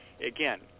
Again